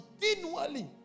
continually